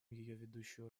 ведущую